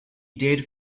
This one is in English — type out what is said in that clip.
did